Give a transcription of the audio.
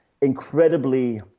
incredibly